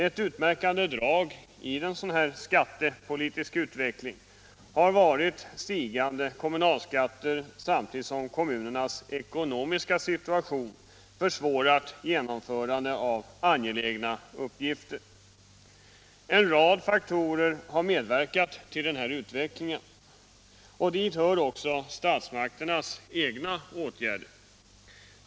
Ett utmärkande drag i den skattepolitiska utvecklingen har varit stigande kommunalskatter, samtidigt som kommunernas ekonomiska situation försvårat genomförandet av angelägna uppgifter. En rad faktorer har medverkat till denna utveckling. Dit hör också statsmakternas egna åtgärder.